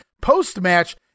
post-match